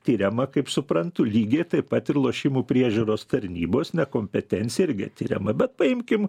tiriama kaip suprantu lygiai taip pat ir lošimų priežiūros tarnybos nekompetencija irgi tiriama bet paimkim